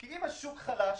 כי אם השוק חלש,